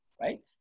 right